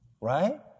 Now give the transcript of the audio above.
right